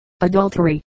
adultery